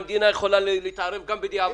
בזה המדינה יכולה להתערב גם בדיעבד.